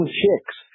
chicks